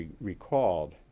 recalled